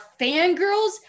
fangirls